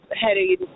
heading